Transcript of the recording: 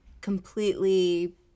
completely